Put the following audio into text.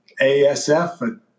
ASF